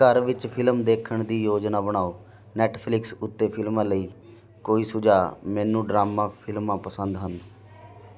ਘਰ ਵਿੱਚ ਫਿਲਮ ਦੇਖਣ ਦੀ ਯੋਜਨਾ ਬਣਾਓ ਨੈੱਟਫਲਿਕਸ ਉੱਤੇ ਫਿਲਮਾਂ ਲਈ ਕੋਈ ਸੁਝਾਅ ਮੈਨੂੰ ਡਰਾਮਾ ਫਿਲਮਾਂ ਪਸੰਦ ਹਨ